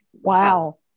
wow